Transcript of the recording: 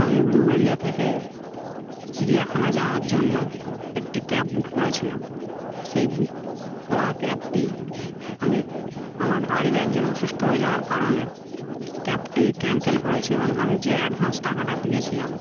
আমি উলুবেরিয়া থেকে চিড়িয়াখানা যাওয়ার জন্য একটি ক্যাব বুক করেছিলাম সেই বুক করা ক্যাবটি আমি আমার বাড়ির একজন অসুস্থ হয়ে যাওয়ার কারণে ক্যাবটি ক্যান্সেল করেছি এবং আমি যে অ্যাডভান্স টাকাটা দিয়েছিলাম